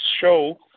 show